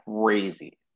crazy